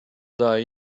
die